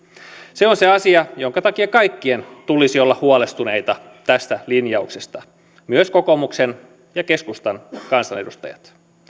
se on se asia minkä takia kaikkien tulisi olla huolestuneita tästä linjauksesta myös kokoomuksen ja keskustan kansanedustajien